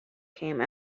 came